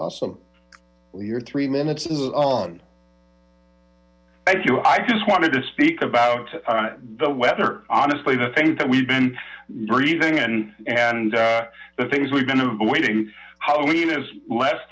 awesome your three minutes on thank you i just wanted to speak about the weather honestly the thing that we've been breathing and and the things we've been avoiding halloween is less